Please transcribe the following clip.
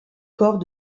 corps